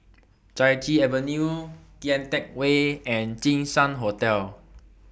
Chai Chee Avenue Kian Teck Way and Jinshan Hotel